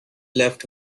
left